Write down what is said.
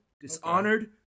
Dishonored